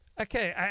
Okay